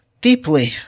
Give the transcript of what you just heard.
deeply